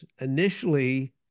initially